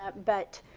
ah but,